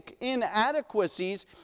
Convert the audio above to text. inadequacies